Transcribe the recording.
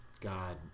God